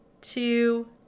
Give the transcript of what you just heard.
two